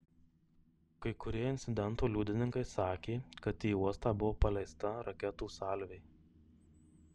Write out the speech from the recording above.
kai kurie incidento liudininkai sakė kad į uostą buvo paleista raketų salvė